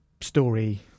story